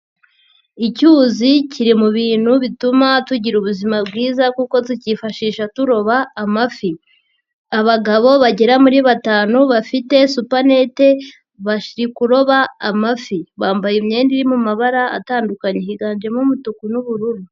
Icyuzi kiri mu bintu bituma tugira ubuzima bwiza kuko tukiyifashisha turoba amafi, abagabo bagera muri batanu bafite supanete bari kuroba amafi, bambaye imyenda iririmo amabara atandukanye higanjemo umutuku n'ubururu.